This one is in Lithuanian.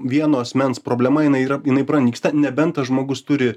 vieno asmens problema jinai yra jinai pranyksta nebent tas žmogus turi